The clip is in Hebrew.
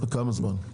כל כמה זמן?